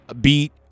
beat